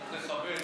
צריך לכבד.